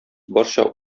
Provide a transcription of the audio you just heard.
барча